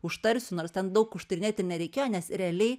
užtarsiu nors ten daug užtarinėt ir nereikėjo nes realiai